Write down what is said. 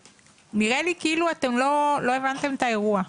נראה לי כאילו אתם לא הבנתם את האירוע.